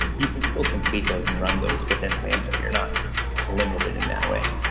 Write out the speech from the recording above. you can still complete those and run those within lambda. you're not limited in that way.